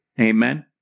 Amen